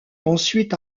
ensuite